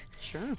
Sure